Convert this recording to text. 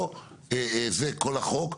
לא זה כל החוק.